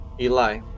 Eli